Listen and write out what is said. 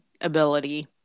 ability